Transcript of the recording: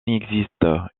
existe